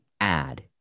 add